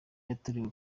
yatorewe